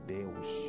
Deus